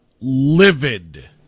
livid